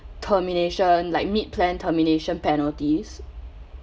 termination like mid plan termination penalties